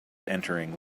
entering